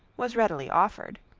was readily offered.